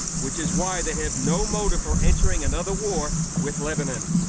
which is why they have no motive for entering another war with lebanon.